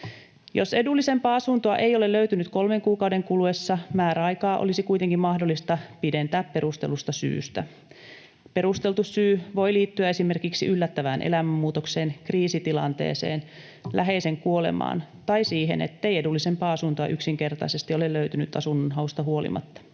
Jos edullisempaa asuntoa ei ole löytynyt kolmen kuukauden kuluessa, määräaikaa olisi kuitenkin mahdollista pidentää perustellusta syystä. Perusteltu syy voi liittyä esimerkiksi yllättävään elämänmuutokseen, kriisitilanteeseen, läheisen kuolemaan tai siihen, ettei edullisempaa asuntoa yksinkertaisesti ole löytynyt asunnonhausta huolimatta.